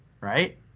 right